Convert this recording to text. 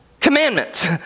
commandments